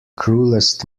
cruellest